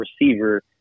receiver